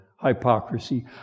hypocrisy